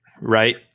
right